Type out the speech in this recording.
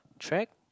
track